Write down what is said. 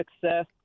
success